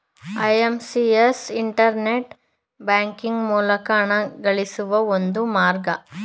IMPS internet banking ಮೂಲಕ ಹಣಗಳಿಸುವ ಒಂದು ಮಾರ್ಗ